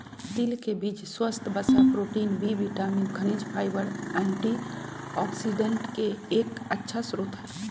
तिल के बीज स्वस्थ वसा, प्रोटीन, बी विटामिन, खनिज, फाइबर, एंटीऑक्सिडेंट के एक अच्छा स्रोत हई